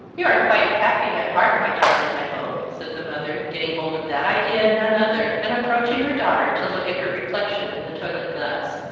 you are quite happy at heart, my darling, i hope? said the mother, getting hold of that idea and none other, and approaching her daughter to look at her reflection in the toilet-glass.